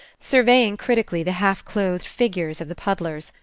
surveying critically the half-clothed figures of the puddlers,